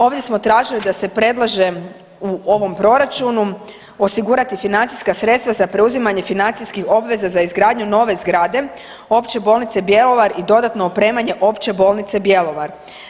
Ovdje smo tražili da se predlaže u ovom proračunu osigurati financijska sredstva za preuzimanje financijskih obveza za izgradnju nove zgrade Opće bolnice Bjelovar i dodatno opremanje Opće bolnice Bjelovar.